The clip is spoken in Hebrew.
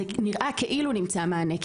זה נראה כאילו שנמצא מענה,